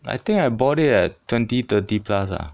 I think I bought it at twenty thirty plus ah